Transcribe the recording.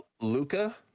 Luca